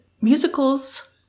musicals